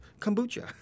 kombucha